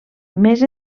més